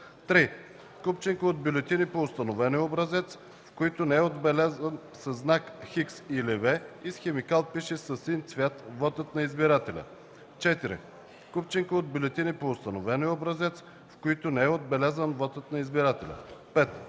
3. купчинка от бюлетини по установения образец, в които не е отбелязан със знак „Х” или „V” и с химикал, пишещ със син цвят, вотът на избирателя; 4. купчинка от бюлетини по установения образец, в които не е отбелязан вотът на избирателя; 5.